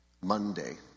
Monday